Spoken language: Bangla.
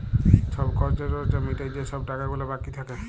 ছব খর্চা টর্চা মিটায় যে ছব টাকা গুলা বাকি থ্যাকে